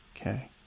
okay